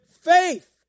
faith